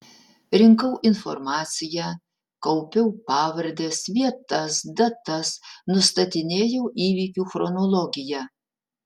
rinkau informaciją kaupiau pavardes vietas datas nustatinėjau įvykių chronologiją